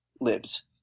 libs